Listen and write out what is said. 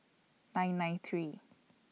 nine nine three